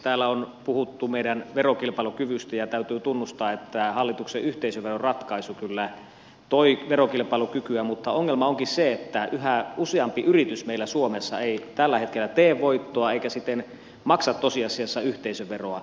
täällä on puhuttu meidän verokilpailukyvystä ja täytyy tunnustaa että tämä hallituksen yhteisöveroratkaisu kyllä toi verokilpailukykyä mutta ongelma onkin se että yhä useampi yritys meillä suomessa ei tällä hetkellä tee voittoa eikä siten maksa tosiasiassa yhteisöveroa